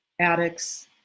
addicts